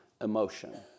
emotion